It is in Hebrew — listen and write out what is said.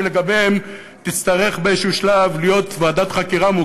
ולגביהן תצטרך באיזה שלב להיות מוקמת ועדת חקירה,